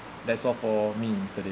that's all for me mister david